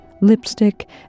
Lipstick